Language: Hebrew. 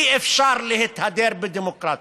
אי-אפשר להתהדר בדמוקרטיה,